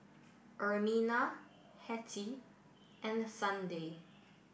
Ermina Hetty and Sunday